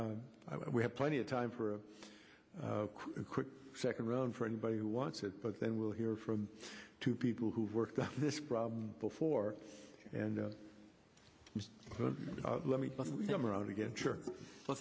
we have plenty of time for a quick second round for anybody who wants it but then we'll hear from two people who've worked on this problem before and let me come around again sure well